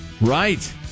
Right